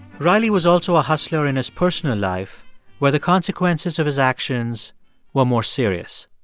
riley was also a hustler in his personal life where the consequences of his actions were more serious.